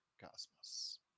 Cosmos